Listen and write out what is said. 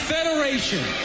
Federation